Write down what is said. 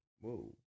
Whoa